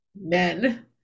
men